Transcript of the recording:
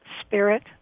spirit